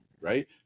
right